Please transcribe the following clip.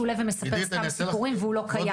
עולה ומספר סתם סיפורים והוא לא קיים,